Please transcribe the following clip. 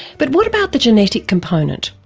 but what about the genetic component?